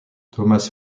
thomas